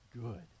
good